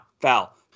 Foul